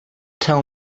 tell